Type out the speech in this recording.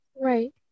Right